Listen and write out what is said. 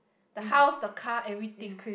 the house the car everything